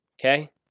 Okay